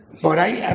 but i've got,